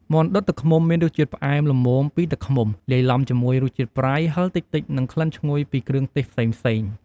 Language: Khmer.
មាន់ដុតទឹកឃ្មុំមានរសជាតិផ្អែមល្មមពីទឹកឃ្មុំ លាយឡំជាមួយរសជាតិប្រៃ ហឹរតិចៗ និងក្លិនឈ្ងុយពីគ្រឿងទេសផ្សេងៗ។